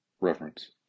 reference